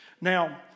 Now